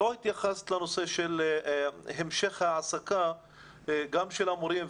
לא התייחסת לנושא של המשך העסקה גם של המורים,